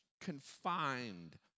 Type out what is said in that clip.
confined